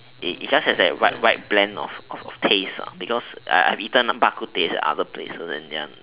it's just has that right right bland of of taste because I've eaten bak-kut-teh at other places and then